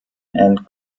and